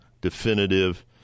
definitive